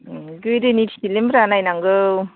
गोदोनि फिलमब्रा नायनांगौ